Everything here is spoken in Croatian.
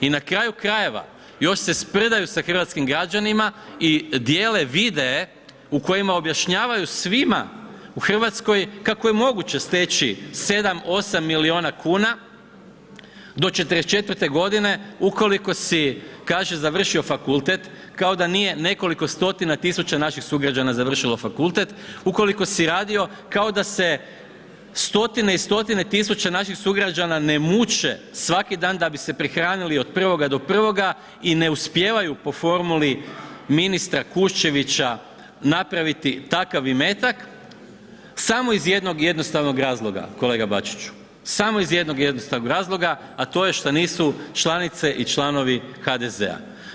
I na kraju krajeva još se sprdaju sa hrvatskim građanima i dijele videe u kojima objašnjavaju svima u Hrvatskoj kako je moguće steći 7-8 miliona kuna do 44 godine ukoliko si kaže završio fakultet kao da nije nekoliko 100-tina tisuća naših sugrađana završilo fakultet, ukoliko si radio kao da se 100-tine i 100-tine tisuća naših sugrađana ne muče svaki dan da bi se prehranili od 1. do 1. i ne uspijevaju po formuli ministra Kušćevića napraviti takav imetak samo iz jednog jednostavnog razlog kolega Bačiću, samo iz jednog jednostavnog razloga, a to je šta nisu članice i članovi HDZ-a.